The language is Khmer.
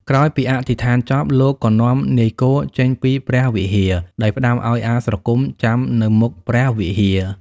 ក្រោយពីអធិដ្ឋានចប់ លោកក៏នាំនាយគោចេញពីព្រះវិហារ ដោយផ្តាំឲ្យអាស្រគំចាំនៅមុខព្រះវិហារ។